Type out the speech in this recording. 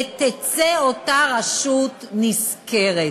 ותצא אותה רשות נשכרת.